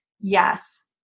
yes